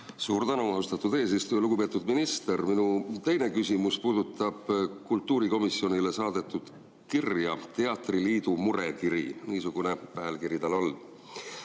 Suur tänu, austatud eesistuja! Lugupeetud minister! Minu teine küsimus puudutab kultuurikomisjonile saadetud "Teatriliidu murekirja". Niisugune pealkiri tal on.